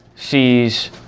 Sees